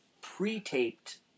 pre-taped